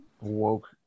woke